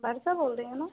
द्वारिका बोल रही हो ना